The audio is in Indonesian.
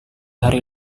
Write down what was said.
hari